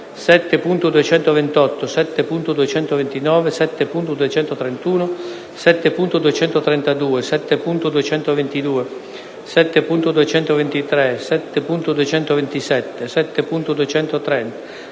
7.228, 7.229, 7.231, 7.232, 7.222, 7.223, 7.227, 7.230,